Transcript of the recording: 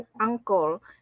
uncle